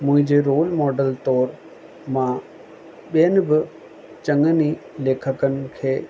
मुंहिंजे role model तौर मां ॿियनि बि चङनि ई लेखकनि खे